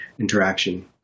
interaction